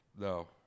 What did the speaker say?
No